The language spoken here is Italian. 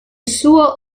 suo